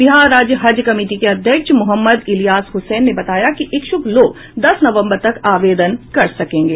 बिहार राज्य हज कमिटी के अध्यक्ष मोहम्मद इलियास हुसैन ने बताया कि इच्छुक लोग दस नवम्बर तक आवेदन कर सकेंगे